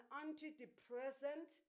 antidepressant